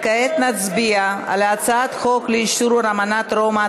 כעת נצביע על הצעת חוק לאשרור אמנת רומא,